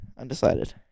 undecided